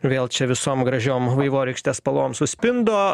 vėl čia visom gražiom vaivorykštės spalvom suspindo